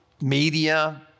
media